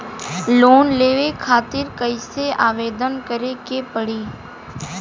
Loan लेवे खातिर कइसे आवेदन करें के पड़ी?